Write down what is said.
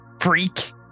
freak